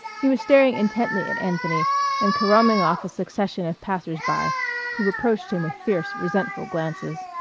he was staring intently at anthony and caroming off a succession of passers-by who reproached him with fierce, resentful glances.